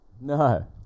No